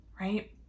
right